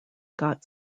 got